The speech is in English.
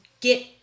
get